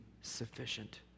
sufficient